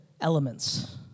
Elements